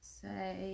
say